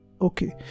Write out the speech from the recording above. okay